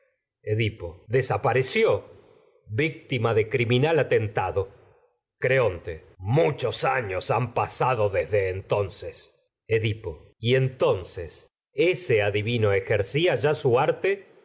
criminal desapareció víctima de años atentado creonte muchos han pasado desde entonces edipo rey iií edipo y entonces ese adivino ejercía ya su arte